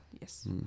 Yes